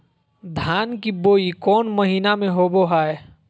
धान की बोई कौन महीना में होबो हाय?